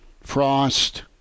Frost